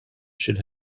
should